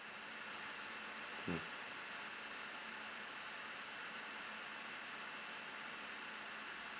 mm